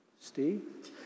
Steve